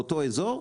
באותו אזור,